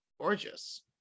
Gorgeous